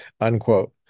unquote